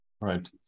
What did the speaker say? Right